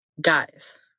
guys